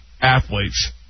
athletes